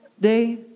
day